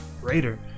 greater